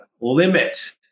limit